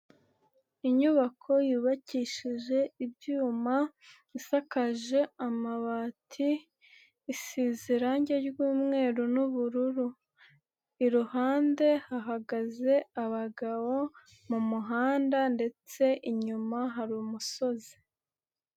Inyubako yubakishije ibyuma, isakaje amabati, isize irangi ry'umweru n'ubururu, iruhande hahagaze abagabo mu muhanda ndetse inyuma hari umusozi.